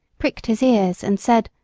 pricked his ears, and said,